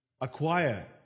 acquire